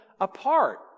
apart